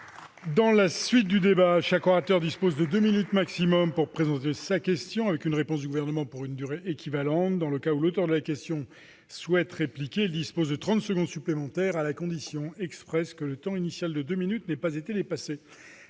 Je rappelle que chaque orateur dispose de deux minutes au maximum pour présenter sa question, suivie d'une réponse du Gouvernement pour une durée équivalente. Dans le cas où l'auteur de la question souhaite répliquer, il dispose de trente secondes supplémentaires, à la condition que le temps initial de deux minutes n'ait pas été dépassé.